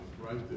right